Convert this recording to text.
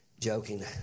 Joking